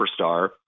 superstar